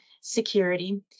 Security